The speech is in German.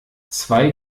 zwei